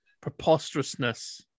preposterousness